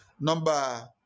Number